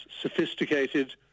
sophisticated